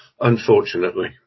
Unfortunately